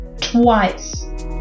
twice